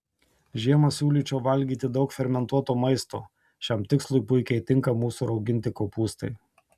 žiemą siūlyčiau valgyti daug fermentuoto maisto šiam tikslui puikiai tinka mūsų rauginti kopūstai